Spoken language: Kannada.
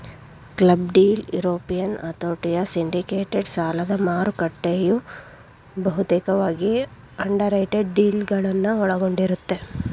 ಕ್ಲಬ್ ಡೀಲ್ ಯುರೋಪಿಯನ್ ಹತೋಟಿಯ ಸಿಂಡಿಕೇಟೆಡ್ ಸಾಲದಮಾರುಕಟ್ಟೆಯು ಬಹುತೇಕವಾಗಿ ಅಂಡರ್ರೈಟೆಡ್ ಡೀಲ್ಗಳನ್ನ ಒಳಗೊಂಡಿರುತ್ತೆ